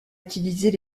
utiliser